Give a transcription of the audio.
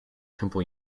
temple